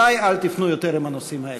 אלי אל תפנו יותר עם הנושאים האלה.